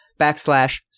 backslash